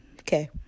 Okay